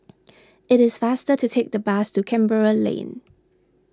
it is faster to take the bus to Canberra Lane